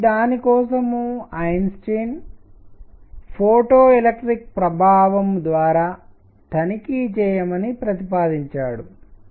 కాబట్టి దాని కోసం ఐన్స్టీన్ ఫోటోఎలెక్ట్రిక్ ప్రభావం ద్వారా తనిఖీ చేయమని ప్రతిపాదించాడు